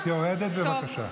לא, את יורדת, בבקשה.